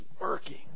working